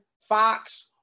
Fox